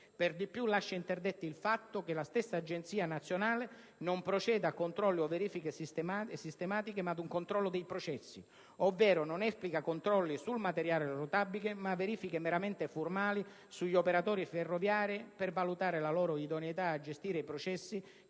Per di più lascia interdetti il fatto che la stessa Agenzia nazionale non proceda a controlli o verifiche sistematiche, ma ad un controllo dei processi. Ovvero, essa non esplica controlli sul materiale rotabile, ma verifiche meramente formali sugli operatori ferroviari per valutare la loro idoneità a gestire i processi